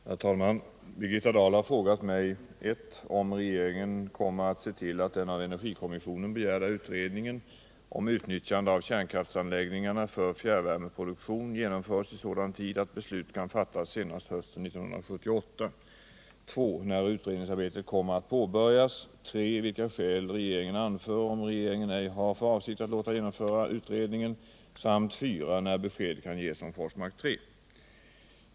Herr talman! Birgitta Dahl har frågat mig 1. om regeringen kommer att se till att den av energikommissionen begärda utredningen om utnyttjande av kärnkraftsanläggningarna för fjärrvärmeproduktion genomförs i sådan tid att beslut kan fattas senast hösten 1978, 2. när utredningsarbetet kommer att påbörjas, 3. vilka skäl regeringen anför om regeringen ej har för avsikt att låta genomföra utredningen, samt 4. när besked kan ges om Forsmark 3.